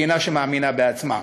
מדינה שמאמינה בעצמה.